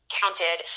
counted